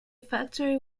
factory